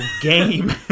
game